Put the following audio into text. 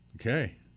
Okay